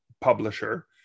publisher